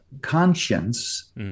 conscience